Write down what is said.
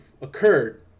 occurred